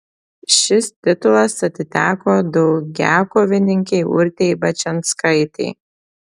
šis titulas atiteko daugiakovininkei urtei bačianskaitei